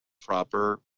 proper